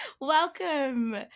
Welcome